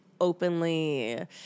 openly